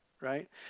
right